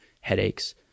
headaches